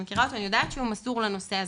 אני מכירה אותו ויודעת שהוא מסור לנושא הזה,